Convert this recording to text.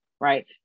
right